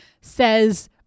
says